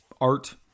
art